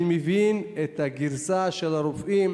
אני מבין את הגרסה של הרופאים,